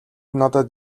надад